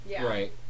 Right